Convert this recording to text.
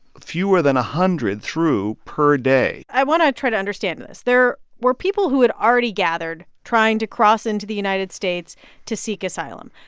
fewer than a hundred through per day i want to try to understand this. there were people who had already gathered trying to cross into the united states to seek asylum.